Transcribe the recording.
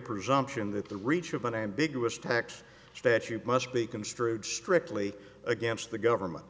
presumption that the reach of an ambiguous tax statute must be construed strictly against the government